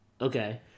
okay